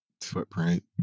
footprint